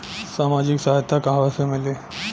सामाजिक सहायता कहवा से मिली?